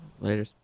Later